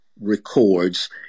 records